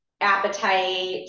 appetite